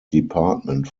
department